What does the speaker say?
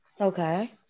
Okay